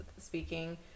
speaking